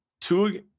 two